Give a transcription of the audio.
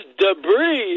debris